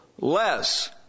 less